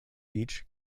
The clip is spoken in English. beach